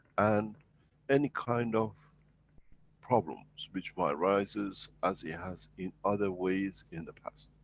and any kind of problems which might rises as it has in other ways in the past.